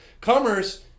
commerce